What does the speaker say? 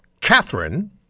Catherine